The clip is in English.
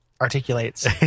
articulates